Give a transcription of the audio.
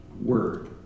word